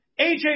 AJ